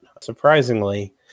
surprisingly